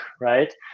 right